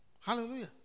Hallelujah